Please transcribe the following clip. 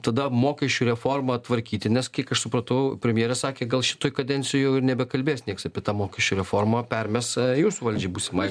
tada mokesčių reformą tvarkyti nes kiek aš supratau premjerė sakė gal šitoj kadencijoj jau ir nebekalbės nieks apie tą mokesčių reformą permes jūsų valdžiai būsimai